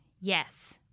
Yes